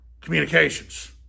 communications